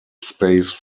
space